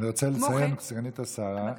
אני רוצה לציין, סגנית השר,